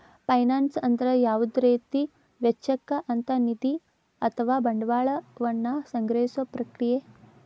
finance ಅಂದ್ರ ಯಾವುದ ರೇತಿ ವೆಚ್ಚಕ್ಕ ಅಂತ್ ನಿಧಿ ಅಥವಾ ಬಂಡವಾಳ ವನ್ನ ಸಂಗ್ರಹಿಸೊ ಪ್ರಕ್ರಿಯೆ